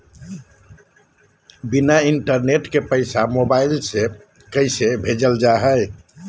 बिना इंटरनेट के पैसा मोबाइल से कैसे भेजल जा है?